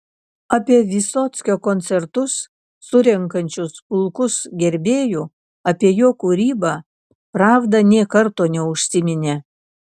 apie vysockio koncertus surenkančius pulkus gerbėjų apie jo kūrybą pravda nė karto neužsiminė